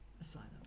asylum